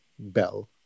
Bell